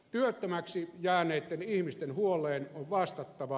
työttömäksi jääneitten ihmisten huoleen on vastattava